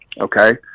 okay